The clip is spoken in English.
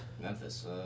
Memphis